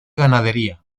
ganadería